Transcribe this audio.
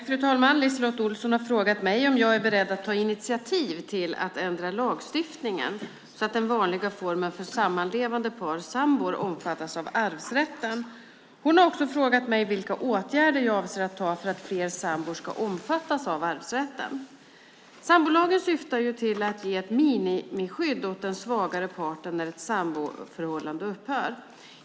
Fru talman! LiseLotte Olsson har frågat mig om jag är beredd att ta initiativ till att ändra lagstiftningen så att den vanliga formen för sammanlevande par, sambor, omfattas av arvsrätten. Hon har också frågat mig vilka åtgärder jag avser att vidta för att fler sambor ska omfattas av arvsrätten. Sambolagen syftar till att ge ett minimiskydd åt den svagare parten när ett samboförhållande upphör.